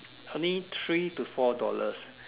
only three to four dollars